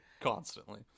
constantly